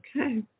Okay